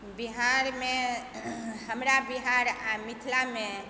बिहारमे हमरा बिहार आओर मिथिलामे